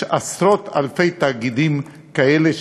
יש עשרות-אלפי תאגידים כאלה,